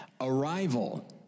Arrival